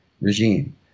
regime